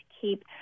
keep